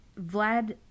Vlad